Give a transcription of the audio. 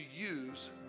use